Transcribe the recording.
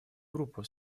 группу